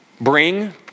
bring